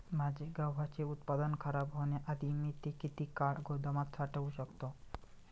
माझे गव्हाचे उत्पादन खराब होण्याआधी मी ते किती काळ गोदामात साठवू शकतो?